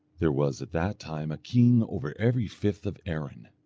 there was at that time a king over every fifth of erin.